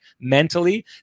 mentally